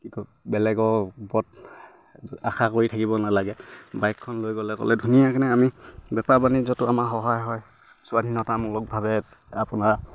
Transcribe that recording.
কি কয় বেলেগৰ ওপৰত আশা কৰি থাকিব নালাগে বাইকখন লৈ গ'লে ক'লে ধুনীয়াকে আমি বেপাৰ বাণিজ্যটো আমাৰ সহায় হয় স্বাধীনতামূলকভাৱে আপোনাৰ